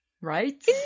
Right